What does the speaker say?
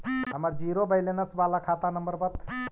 हमर zero balance बाला खाता नम्बर बत?